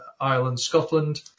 Ireland-Scotland